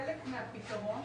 כחלק מהפתרון.